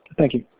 thank you.